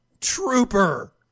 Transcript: Trooper